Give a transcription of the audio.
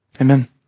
Amen